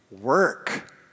work